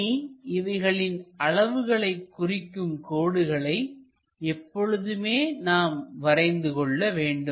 இனி இவைகளின் அளவுகளை குறிக்கும் கோடுகளை எப்பொழுதுமே நாம் வரைந்து கொள்ள வேண்டும்